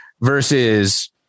versus